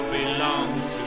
belongs